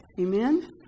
Amen